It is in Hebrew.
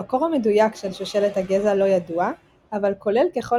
המקור המדויק של שושלת הגזע לא ידוע אבל כולל ככל